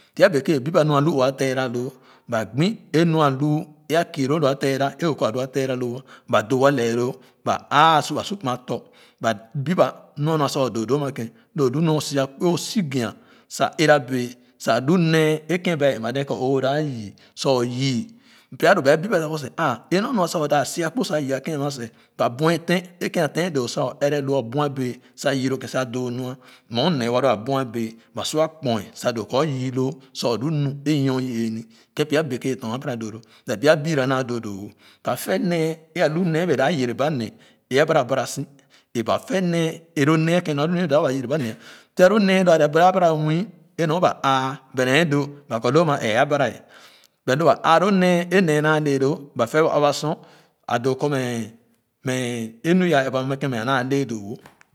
Pya beké bip ah nor a lu o a tera loo ba gbo é lu a nu a kii loo lo a tera é kɔ tu atera loo ba doo a lɛɛ loo ba su sa kuma tɔ ba dip ay nu a nwa sa o doo doo ama kèn lo nu nee o sia kpo é si gia a é ra bee sa lu nee é kèn ba ɛnma dee kɔ o da yii sa o yii pya lo ba bip a kɔ o da yii sa o yii pya lo ba bip a kɔ sa é nu lua sa o si akpo si yii akem amia se ba bweten é kèn a ten doo sa o ɛrɛ lo buɛ bɛɛ sa yii lo kèn sa doo nu mɛ o nee wa lo a bwɛ bɛɛ ba su a kpoe sa doo kɔ o yii loo sa o lu nu é i nyor i-ee kèn beke abara doo lo but pya biira naa doo doowo ba fɛ nee é alu nee é bee dap ɛrɛ ba nee é abara bara si eba fɛ nee é loo nee a kèn nɔr a lu nee a bee wa yere ba me pya lo nee a lo abara abara nwii é nɔr ba ãã bɛ nee doo ba kɔ lo a ɛɛ abara ɛ but lo ba aa lo nee é nee naa le lo ba fɛ wa aba sor a doo kɔ mɛ mɛ é nu yaa ɛb a na kèn mɛ a naa le doowo.